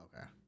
okay